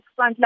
frontline